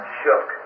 shook